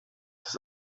des